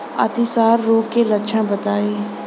अतिसार रोग के लक्षण बताई?